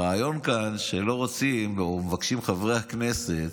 הרעיון כאן שלא רוצים, מבקשים חברי הכנסת